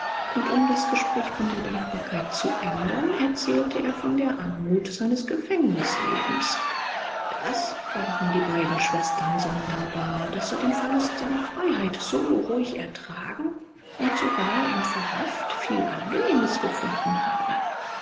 und um das gespräch von der dankbarkeit zu ändern erzählte er von der anmut seines gefängnislebens das fanden die beiden schwestern sonderbar daß er den verlust seiner freiheit so ruhig ertragen und sogar im verhaft viel angenehmes gefunden habe